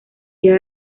día